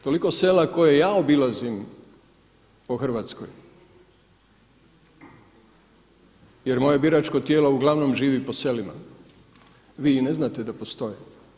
Toliko sela koje ja obilazim po Hrvatskoj jer moje biračko tijelo uglavnom živi po selima, vi i ne znate da postoje.